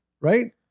Right